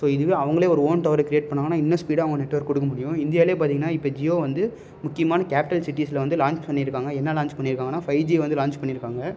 so இதுவே அவங்களே ஒரு ஓன் டவரை க்ரியேட் பண்ணிணாங்கன்னா இன்னும் ஸ்பீடாக அவங்க நெட் ஒர்க் கொடுக்க முடியும் இந்தியாவிலே பார்த்தீங்கன்னா இப்போ ஜியோ வந்து முக்கியமான கேப்பிட்டல் சிட்டிசஸில் வந்து லான்ச் பண்ணியிருக்காங்க என்ன லான்ச் பண்ணிருக்காங்கன்னா ஃபைஜியை வந்து லான்ச் பண்ணிருக்காங்க